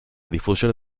diffusione